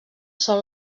són